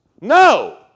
No